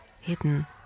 Hidden